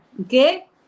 okay